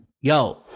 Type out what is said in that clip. Yo